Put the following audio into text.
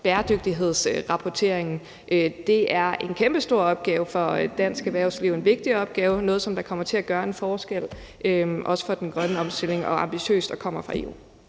bæredygtighedsrapporteringen; det er en kæmpestor opgave for dansk erhvervsliv, en vigtig opgave, noget, der kommer til at gøre en forskel, også for den grønne omstilling, altså noget, der er ambitiøst og kommer fra EU.